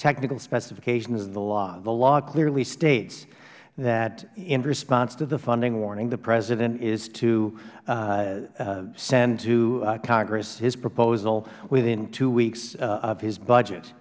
technical specifications of the law the law clearly states that in response to the funding warning the president is to send to congress his proposal within two weeks of his budget